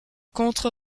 contre